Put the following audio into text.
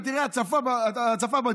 אתה תראה הצפה בדיור.